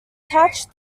touch